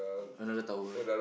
another tower